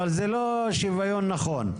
אבל, זה לא שיוון נכון.